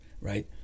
right